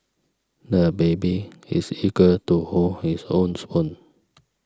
the baby is eager to hold his own spoon